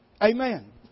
Amen